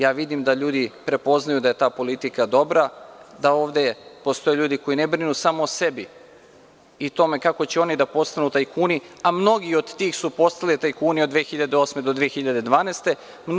Ja vidim da ljudi prepoznaju da je ta politika dobra, da ovde postoje ljudi koji ne brinu samo o sebi i o tome kako će oni da postanu tajkuni, a mnogi od tih su postali tajkuni od 2008. do 2012. godine.